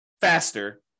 faster